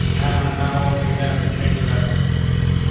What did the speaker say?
and now only then the changes are going to take place.